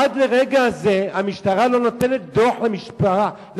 עד לרגע זה המשטרה לא נותנת דוח למשפחה